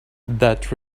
that